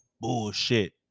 bullshit